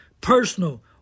personal